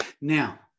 Now